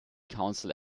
council